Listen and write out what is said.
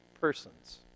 persons